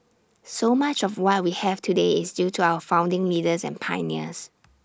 so much of what we have today is due to our founding leaders and pioneers